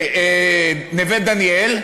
בנווה-דניאל,